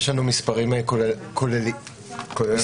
יש לנו מספר כולל שקיבלנו,